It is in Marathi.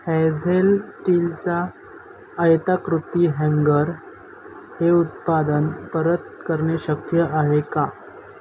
हॅझेल स्टीलचा आयताकृती हँगर हे उत्पादन परत करणे शक्य आहे का